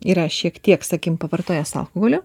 yra šiek tiek sakykim pavartojęs alkoholio